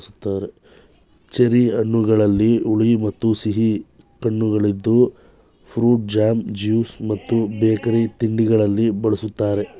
cherry ಹಣ್ಣುಗಳಲ್ಲಿ ಹುಳಿ ಮತ್ತು ಸಿಹಿ ಕಣ್ಣುಗಳಿದ್ದು ಫ್ರೂಟ್ ಜಾಮ್, ಜ್ಯೂಸ್ ಮತ್ತು ಬೇಕರಿ ತಿಂಡಿಗಳಲ್ಲಿ ಬಳ್ಸತ್ತರೆ